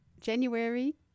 January